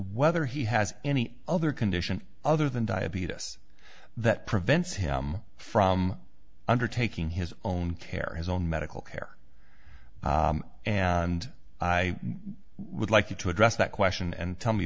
whether he has any other condition other than diabete us that prevents him from undertaking his own care his own medical care and i would like you to address that question and tell me